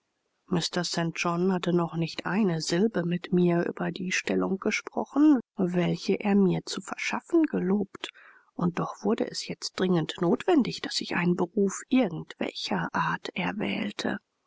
hatte noch nicht eine silbe mit mir über die stellung gesprochen welche er mir zu verschaffen gelobt und doch wurde es jetzt dringend notwendig daß ich einen beruf irgend welcher art erwählte